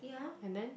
and then